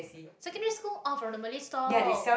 secondary school oh from the malay stall